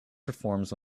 performs